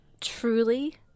truly